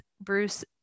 Bruce